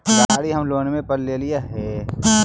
गाड़ी हम लोनवे पर लेलिऐ हे?